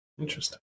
interesting